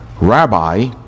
Rabbi